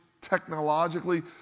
technologically